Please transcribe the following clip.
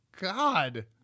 God